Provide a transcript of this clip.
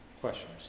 Questions